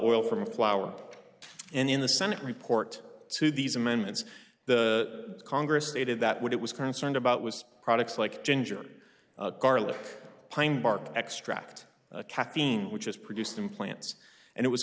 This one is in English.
oil from flour and in the senate report to these amendments the congress stated that what it was concerned about was products like ginger garlic pine bark extract caffeine which has produced implants and it was